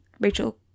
Rachel